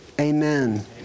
Amen